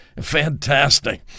Fantastic